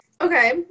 Okay